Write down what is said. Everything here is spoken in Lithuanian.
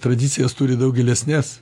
tradicijas turi daug gilesnes